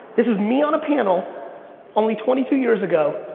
this is me on a panel only twenty three years ago,